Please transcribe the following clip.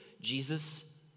Jesus